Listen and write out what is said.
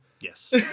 Yes